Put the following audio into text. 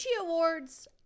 Awards